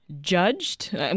judged